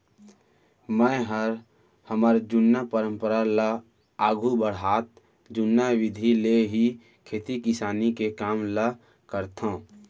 मैंहर हमर जुन्ना परंपरा ल आघू बढ़ात जुन्ना बिधि ले ही खेती किसानी के काम ल करथंव